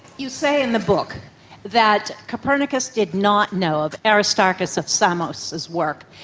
you say in the book that copernicus did not know of aristarchus of samos's work.